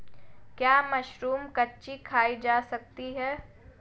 क्या मशरूम कच्ची खाई जा सकती है?